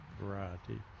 variety